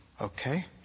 Okay